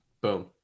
boom